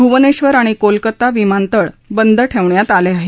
भुवनेश्वर आणि कोलकता विमानतळ बंद ठेवण्यात आले आहेत